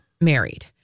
married